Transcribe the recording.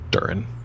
Durin